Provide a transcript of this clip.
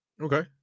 Okay